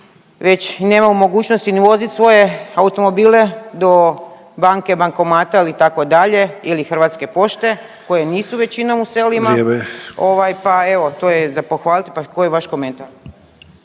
već nemaju mogućnosti ni vozit svoje automobile do banke, bankomata ili itd. ili Hrvatske pošte koje nisu većinom u selima … …/Upadica Sanader: Vrijeme./… … pa evo to je za pohvaliti, pa koji je vaš komentar.